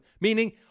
meaning